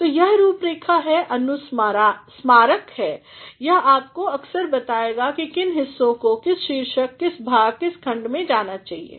तो यह रूपरेखा एकअनुस्मारकहै यह आपको अक्सर बताएगा कि किन हिस्सों को किस शीर्षक किस भाग किस खंड में जाना चाहिए था